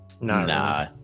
nah